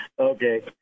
Okay